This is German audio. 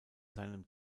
seinem